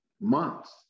months